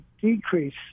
decrease